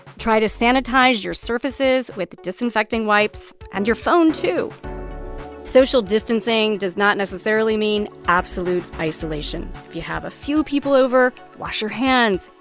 try to sanitize your surfaces with disinfecting wipes, and your phone, too social distancing does not necessarily mean absolute isolation. if you have a few people over, wash your hands.